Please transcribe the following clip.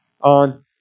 on